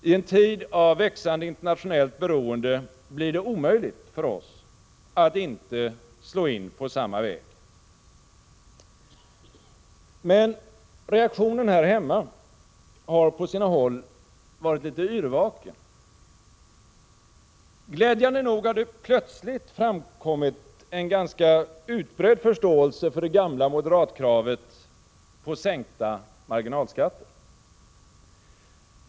I en tid av växande internationellt beroende blir det omöjligt för oss att inte slå in på samma väg. Men reaktionen här hemma har på sina håll varit litet yrvaken. Glädjande nog har det plötsligt framkommit en ganska utbredd förståelse för det gamla moderatkravet på sänkta marginalskatter.